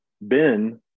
Ben